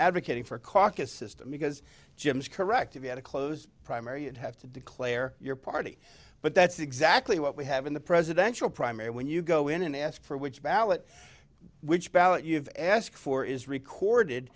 advocating for a caucus system because jim is correct if you had a close primary and have to declare your party but that's exactly what we have in the presidential primary when you go in and ask for which ballot which ballot you've asked for is recorded